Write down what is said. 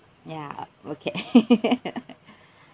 ya uh okay